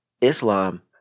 Islam